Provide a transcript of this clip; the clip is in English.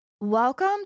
Welcome